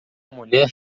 mulher